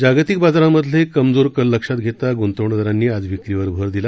जागतिक बाजारामधले कमजोर कल लक्षात घेता गृंतवणुकदारांनी आज विक्रीवर भर दिला